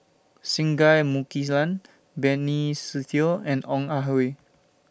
Singai Mukilan Benny Se Teo and Ong Ah Hoi